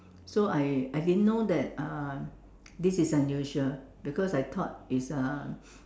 so I I didn't know that uh this is unusual because I thought it's uh